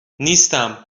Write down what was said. نیستم